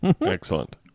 Excellent